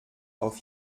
auf